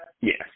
Yes